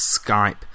Skype